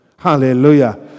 Hallelujah